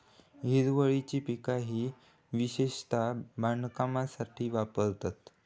हिरवळीची पिका ही विशेषता बांधकामासाठी वापरतत